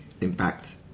impact